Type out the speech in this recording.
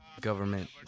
government